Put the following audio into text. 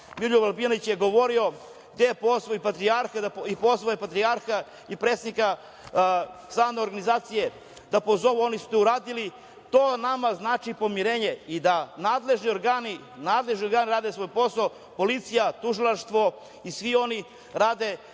Miloljub Albijanić je govorio, gde je pozvao i patrijarha i predsednika SANU organizacije da pozovu, oni su to uradili. To nama znači pomirenje. I da nadležni organi rade svoj posao, policija, tužilaštvo i svi oni rade